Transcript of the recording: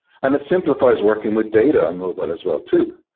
and it simplifies working with data on mobile as well too.